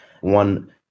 One